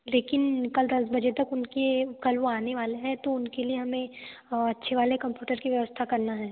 लेकिन कल दस बजे तक उनके कल वो आने वाले हैं तो उनके लिए हमें अच्छे वाले कम्प्यूटर्स की व्यवस्था करना है